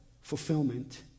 fulfillment